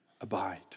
abide